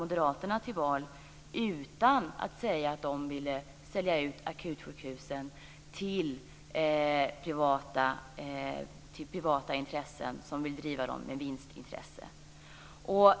Moderaterna till val utan att säga att de ville sälja ut akutsjukhusen till privata intressen som vill driva dem med vinstintresse.